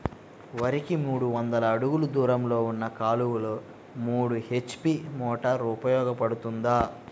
వరికి మూడు వందల అడుగులు దూరంలో ఉన్న కాలువలో మూడు హెచ్.పీ మోటార్ ఉపయోగపడుతుందా?